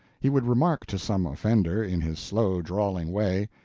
he would remark to some offender, in his slow drawling way,